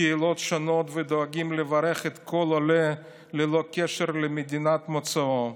קהילות שונות ודואגים לברך כל עולה ללא קשר למדינת מוצאו,